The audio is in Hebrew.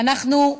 אנחנו,